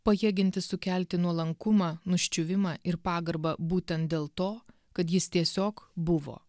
pajėgiantis sukelti nuolankumą tuščiuvimą ir pagarbą būtent dėl to kad jis tiesiog buvo